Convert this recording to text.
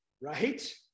right